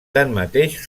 tanmateix